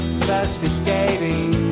investigating